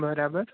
બરાબર